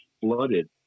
flooded